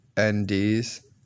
NDS